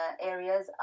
areas